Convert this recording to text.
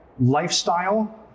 lifestyle